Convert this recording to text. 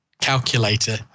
calculator